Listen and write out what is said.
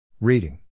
Reading